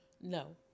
No